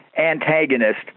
antagonist